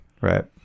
Right